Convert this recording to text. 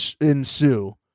ensue